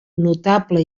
notable